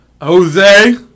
Jose